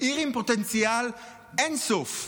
עיר עם פוטנציאל אין-סוף,